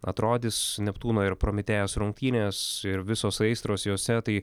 atrodys neptūno ir prometėjas rungtynės ir visos aistros jose tai